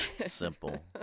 simple